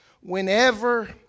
whenever